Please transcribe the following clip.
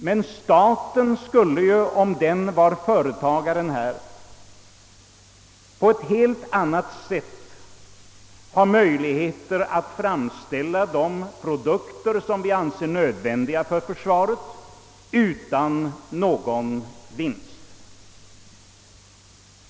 Men staten skulle, om staten uppträdde som företagare, på helt annat sätt ha möjligheter att utan någon vinst framställa de produkter som vi anser nödvändiga för försvaret.